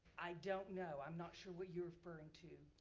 i don't know. i'm not sure what you're referring to.